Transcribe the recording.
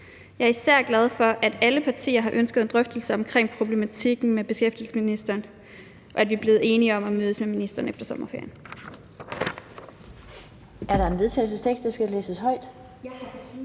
Jeg er især glad for, at alle partier har ønsket en drøftelse af problematikken med beskæftigelsesministeren, og at vi er blevet enige om at mødes med ministeren efter sommerferien.